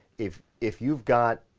if if you've got